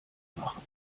machen